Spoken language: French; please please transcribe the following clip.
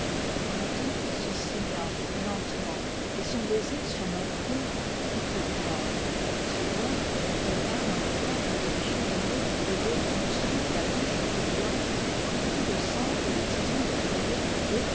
ma tante se signa lentement et son baiser sur mon front fut plus grave segonde releva dans les angles de la cheminée les deux tronçons de la bûche brasillante couvrit de cendre les tisons du foyer et